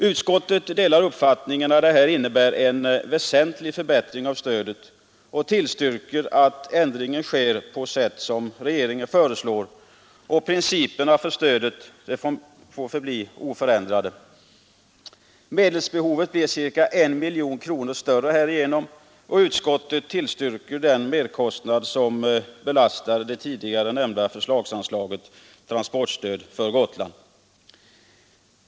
Utskottet delar uppfattningen att detta innebär en väsentlig förbättring av stödet och tillstyrker att ändringen sker på sätt som regeringen föreslår och att principerna för stödet får förbli oförändrade. Medelsbehovet blir ca 1 miljon kronor större härigenom. Utskottet tillstyrker den merkostnad som belastar det tidigare nämnda förslagsanslaget Transportstöd för Gotland.